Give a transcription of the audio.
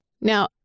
Now